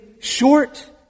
short